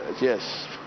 yes